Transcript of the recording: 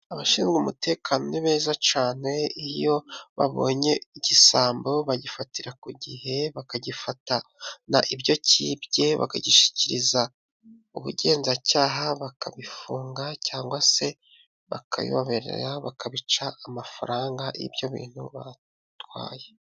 Abashinzwe umutekano ni beza cyane. Iyo babonye igisambo bagifatira ku gihe, bakagifata, ibyo cyibye bakagishyikiriza ubugenzacyaha, bakagifunga cyangwa se bakabica amafaranga y'ibyo bintu cyatwaye.